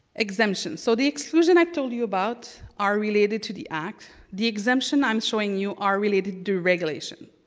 exemptions. so the exclusions i told you about are related to the act. the exemption i'm showing you are related to regulation.